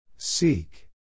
Seek